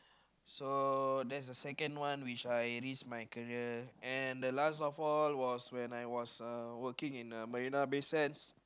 so that's the second one which I risk my career and the last of all was when I was uh working at Marina-Bay-Sands